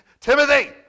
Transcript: Timothy